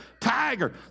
Tiger